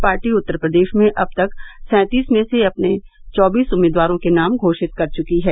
party Uttar Pradesh में अब तक सैंतीस में से अपने चौबीस उम्मीदवारों के नाम घोषित कर च्की हैं